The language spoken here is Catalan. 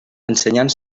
ensenyant